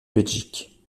belgique